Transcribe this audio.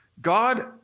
God